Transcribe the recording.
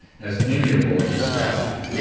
as amiable as a statue.